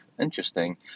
Interesting